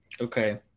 Okay